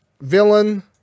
villain